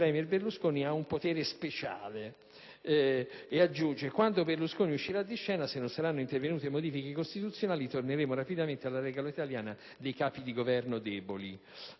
il *premier* Berlusconi ha un potere speciale e aggiunge che quando Berlusconi uscirà di scena, se non saranno intervenute modifiche costituzionali, torneremo rapidamente alla regola italiana dei Capi di Governo deboli.